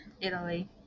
italy